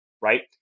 right